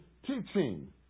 teaching